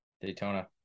Daytona